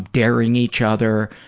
daring each other,